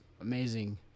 amazing